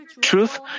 truth